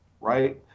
right